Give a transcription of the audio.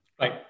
Right